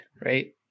right